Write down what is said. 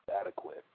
adequate